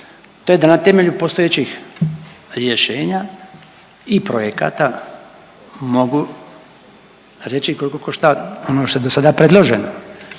to je da na temelju postojećih rješenja i projekata mogu reći koliko košta ono što je dosada predloženo.